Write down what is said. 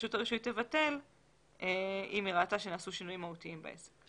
ורשות הרישוי תבטל אם היא ראתה שנעשו שינויים מהותיים בעסק.